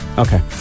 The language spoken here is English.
Okay